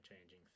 changing